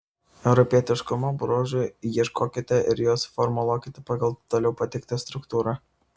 europietiškumo bruožų ieškokite ir juos formuluokite pagal toliau pateiktą struktūrą